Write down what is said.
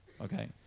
Okay